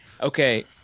Okay